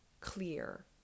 clear